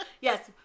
Yes